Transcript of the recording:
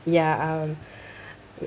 ya um